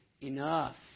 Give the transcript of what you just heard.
enough